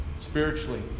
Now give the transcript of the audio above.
spiritually